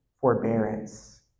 forbearance